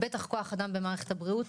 בטח כוח אדם במערכת הבריאות,